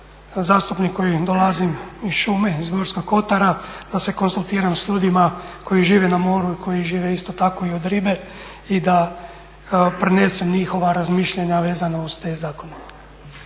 zastupnik koji dolazim iz šume, iz Gorskog kotara, da se konzultiram s ljudima koji žive na moru i koji žive isto tako i od ribe i da prenesem njihova razmišljanja vezano uz te zakone.